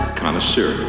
connoisseur